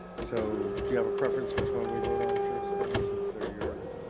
so do you have a preference which one we vote on first, dennis, since they're your.